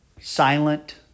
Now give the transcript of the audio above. silent